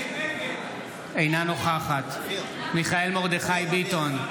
אינה נוכחת מיכאל מרדכי ביטון,